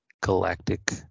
galactic